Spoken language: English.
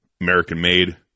American-made